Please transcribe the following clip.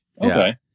Okay